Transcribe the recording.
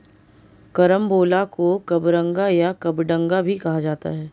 carambola को कबरंगा या कबडंगा भी कहा जाता है